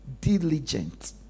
diligent